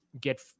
get